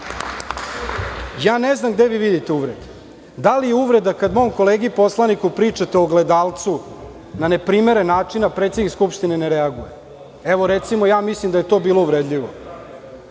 Ja ne znam gde vi vidite uvrede. Da li je uvreda kada mom kolegi poslaniku pričate o ogledalcu na neprimeren način a predsednik Skupštine ne reaguje? Recimo, ja mislim da je to bilo uvredljivo.